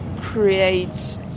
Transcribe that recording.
create